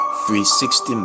360